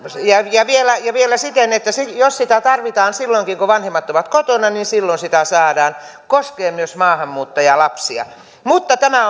ja vielä ja vielä siten että jos sitä tarvitaan silloinkin kun vanhemmat ovat kotona niin silloin sitä saadaan koskee myös maahanmuuttajalapsia mutta tämä